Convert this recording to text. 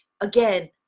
again